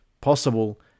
possible